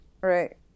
right